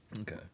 Okay